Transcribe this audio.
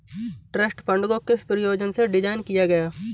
Trust fund को किस प्रयोजन से डिज़ाइन किया गया है?